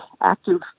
active